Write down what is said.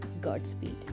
Godspeed